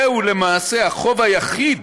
זהו למעשה החוב היחיד